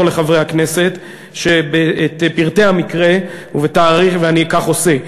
לחברי הכנסת את פרטי המקרה וכך אני עושה.